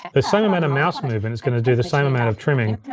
the same amount of mouse movement is gonna do the same amount of trimming,